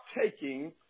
taking